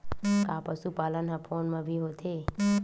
का पशुपालन ह फोन म भी होथे?